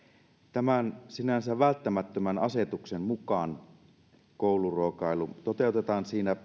tämän sinänsä välttämättömän asetuksen mukaan kouluruokailu toteutetaan siinä